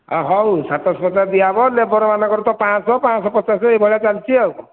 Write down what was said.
ଅ ହଉ ସାତଶହ ପଚାଶ ଦିଆ ହେବ ଲେବର୍ମାନଙ୍କର ତ ପାଞ୍ଚଶହ ପାଞ୍ଚଶହ ପଚାଶ ଏହିଭଳିଆ ଚାଲିଛି ଆଉ କ'ଣ